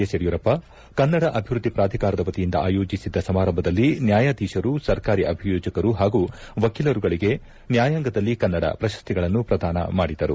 S Yediyurappa Kannada ಅಭಿವೃದ್ದಿ ಪಾಧಿಕಾರದ ವತಿಯಿಂದ ಆಯೋಜಿಸಿದ್ದ ಸಮಾರಂಭದಲ್ಲಿ ನ್ಯಾಯಾಧೀಶರು ಸರ್ಕಾರಿ ಅಭಿಯೋಜಕರು ಹಾಗೂ ವಕೀಲರುಗಳಿಗೆ ನ್ಯಾಯಾಂಗದಲ್ಲಿ ಕನ್ನಡ ಪ್ರಶಸ್ತಿಗಳನ್ನು ಪ್ರದಾನ ಮಾಡಿದರು